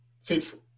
faithful